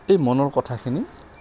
এই মনৰ কথাখিনি